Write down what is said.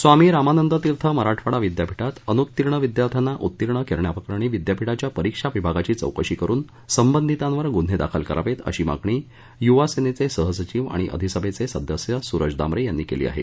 स्वामी रामानंद तीर्थ मराठवाडा विद्यापीठात अनुत्तीर्ण विद्यार्थ्यांना उत्तीर्ण करण्याप्रकरणी विद्यापीठाच्या परीक्षा विभागाची चौकशी करून संबधितांवर गुन्हे दाखल करावेत अशी मागणी युवासेनेचे सहसचिव आणि अधिसभेचे सदस्य सुरज दामरे यांनी केली आहे